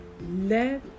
let